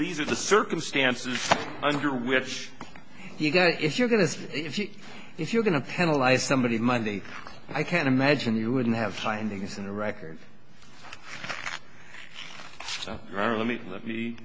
these are the circumstances under which you go if you're going to if you're going to penalize somebody money i can imagine you wouldn't have findings in the record so let me let me